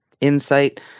insight